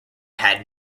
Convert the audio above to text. had